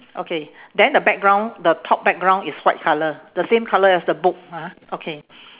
okay then the background the top background is white colour the same colour as the book ah okay